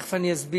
ותכף אני אסביר.